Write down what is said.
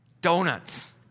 donuts